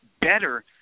better